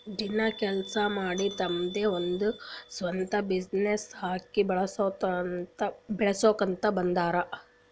ದಿನ ಕೆಲ್ಸಾ ಮಾಡಿ ತಮ್ದೆ ಒಂದ್ ಸ್ವಂತ ಬಿಸಿನ್ನೆಸ್ ಹಾಕಿ ಬೆಳುಸ್ಕೋತಾ ಬಂದಾರ್